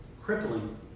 crippling